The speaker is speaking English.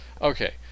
okay